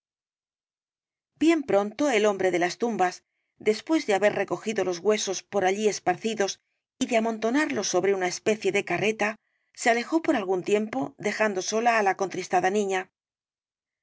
bien pronto el hombre de las tumbas después de haber recogido los huesos por allí esparcidos y de amontonarlos sobre una especie de carreta se alejó por algún tiempo dejando sola á la contristada niña